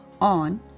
on